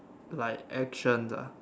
like actions ah